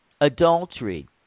adultery